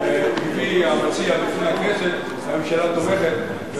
שהביא המציע בפני הכנסת, הממשלה תומכת.